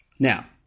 Now